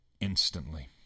Instantly